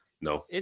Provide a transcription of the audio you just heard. no